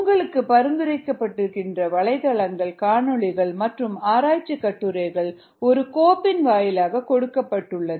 உங்களுக்கு பரிந்துரைக்கப்படுகின்ற வலைத்தளங்கள் காணொளிகள் மற்றும் ஆராய்ச்சிக் கட்டுரைகள் ஒரு கோப்பின் வாயிலாக கொடுக்கப்பட்டுள்ளது